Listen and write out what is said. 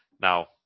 Now